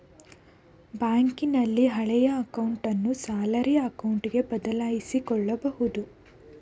ಬ್ಯಾಂಕಿನಲ್ಲಿ ಹಳೆಯ ಅಕೌಂಟನ್ನು ಸ್ಯಾಲರಿ ಅಕೌಂಟ್ಗೆ ಬದಲಾಯಿಸಕೊಬೋದು